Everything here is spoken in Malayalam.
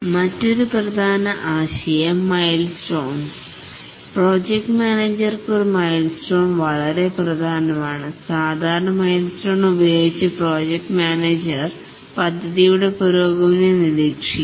മറ്റൊരു പ്രധാന ആശയം മയിൽസ്റ്റോൺസ് പ്രോജക്ട് മാനേജർക്ക് ഒരു മയിൽസ്റ്റോൺസ് വളരെ പ്രധാനമാണ് സാധാരണ മയിൽസ്റ്റോൺസ് ഉപയോഗിച്ച് പ്രോജക്ട് മാനേജർ പദ്ധതിയുടെ പുരോഗതി നിരീക്ഷിക്കുന്നു